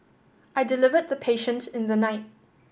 I delivered the patient in the night